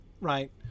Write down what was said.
right